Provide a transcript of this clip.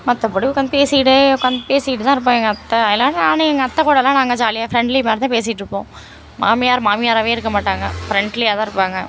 மற்றபடி உக்காந்து பேசிக்கிட்டே உக்காந்து பேசிக்கிட்டு தான் இருப்போம் எங்கள் அத்தை எல்லோரும் நானும் எங்கள் அத்தை கூடலாம் நாங்கள் ஜாலியாக ஃப்ரெண்ட்லி மாதிரி தான் பேசிட்டுருப்போம் மாமியார் மாமியாராகவே இருக்க மாட்டாங்க ஃப்ரெண்ட்லியாக தான் இருப்பாங்க